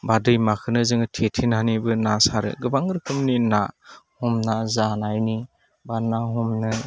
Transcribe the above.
बा दैमाखौनो जोङो थेथेनानैबो ना सारो गोबां रोखोमनि ना हमना जानायनि बा ना हमनो